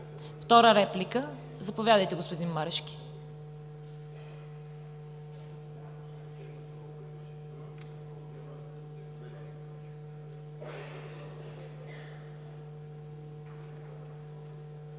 Втора реплика? Заповядайте, господин Марешки.